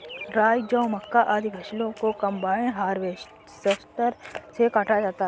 राई, जौ, मक्का, आदि फसलों को कम्बाइन हार्वेसटर से काटा जाता है